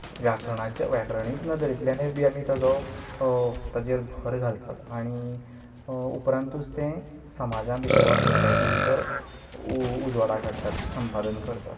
व्याकरणाचे व्याकरणीक नदरेंतल्यानूय बी आमी ताचो ताचेर भर घालतात आनी उपरांतूच तें समाजा भितर वा सोसायटी भितर उजवाडाक हाडटात संपादन करतात